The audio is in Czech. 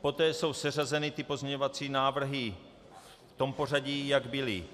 Poté jsou seřazeny pozměňovací návrhy v tom pořadí, jak byly